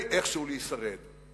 כדי איכשהו להישרד.